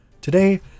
Today